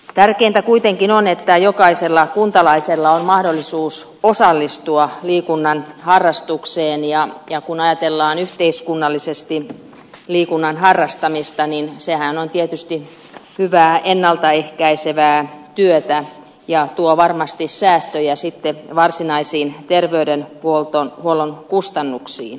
tärkeintä kuitenkin on että jokaisella kuntalaisella on mahdollisuus osallistua liikunnan harrastamiseen ja kun ajatellaan yhteiskunnallisesti liikunnan harrastamista sehän on tietysti hyvää ennalta ehkäisevää työtä ja tuo varmasti säästöjä varsinaisiin terveydenhuollon kustannuksiin